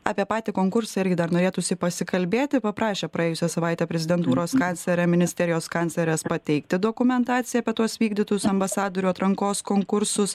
apie patį konkursą irgi dar norėtųsi pasikalbėti paprašė praėjusią savaitę prezidentūros kanclerio ministerijos kanclerės pateikti dokumentaciją apie tuos vykdytus ambasadorių atrankos konkursus